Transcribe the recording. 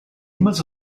image